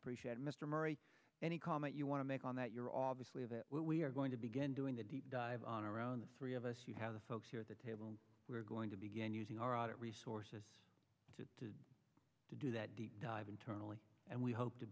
appreciate mr murray any comment you want to make on that you're obviously that we are going to begin doing the deep dive on around the three of us you have the folks here at the table and we're going to begin using our audit resources to to do that deep dive internally and we hope to